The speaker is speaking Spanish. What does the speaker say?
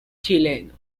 chileno